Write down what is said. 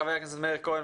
חבר הכנסת מאיר כהן,